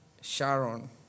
Sharon